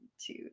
two